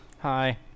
Hi